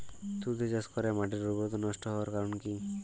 তুতে চাষ করাই মাটির উর্বরতা নষ্ট হওয়ার কারণ কি?